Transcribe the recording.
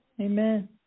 amen